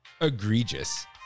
egregious